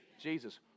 Jesus